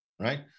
right